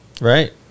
Right